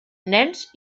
nens